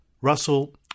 Russell